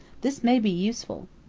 this may be useful.